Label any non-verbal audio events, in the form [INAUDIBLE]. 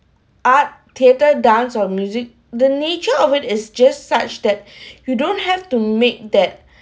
art theatre dance on music the nature of it is just such that [BREATH] you don't have to make that